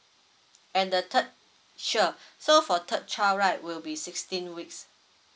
and the third sure so for third child right will be sixteen weeks